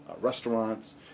restaurants